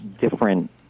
different